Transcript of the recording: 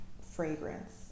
fragrance